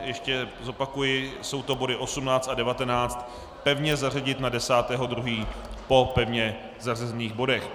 Ještě zopakuji, jsou to body 18 a 19, pevně zařadit na 10. 2. po pevně zařazených bodech.